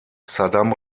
saddam